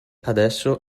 adesso